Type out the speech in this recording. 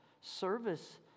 service